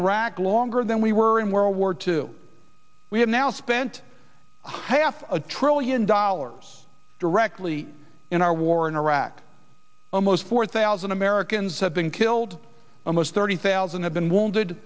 iraq longer than we were in world war two we have now spent high half a trillion dollars directly in our war in iraq almost four thousand americans have been killed almost thirty thousand have been wounded